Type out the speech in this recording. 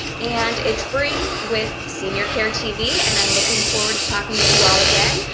and it's bree with senior care tv, and i'm looking forward to talking with you all again.